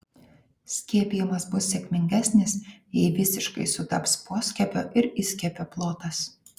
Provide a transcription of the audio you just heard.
skiepijimas bus sėkmingesnis jei visiškai sutaps poskiepio ir įskiepio plotas